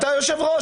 אתה יושב ראש.